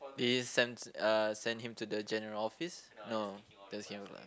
did he send uh send him to the general office no